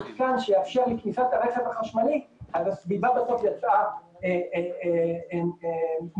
שיאפשר לרכב החשמלי, אז הסביבה בסוף יצאה מופסדת.